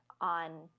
on